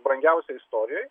brangiausią istorijoj